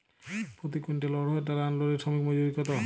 প্রতি কুইন্টল অড়হর ডাল আনলোডে শ্রমিক মজুরি কত?